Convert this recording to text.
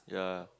yeah